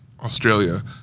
Australia